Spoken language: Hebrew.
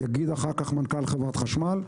יגיד אחר-כך מנכ"ל חברת חשמל.